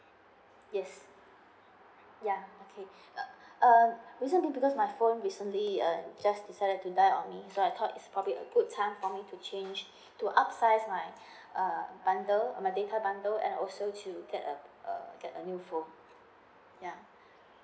yes ya okay uh um basically because my phone recently err just decided to die on me so I thought it's probably a good time for me to change to upsize my uh bundle my data bundle and also to get a uh get a new phone